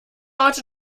heute